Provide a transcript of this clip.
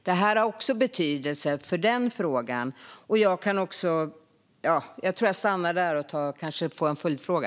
Detta har också betydelse för frågan. Jag stannar där och kan kanske få en följdfråga.